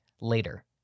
later